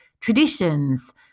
traditions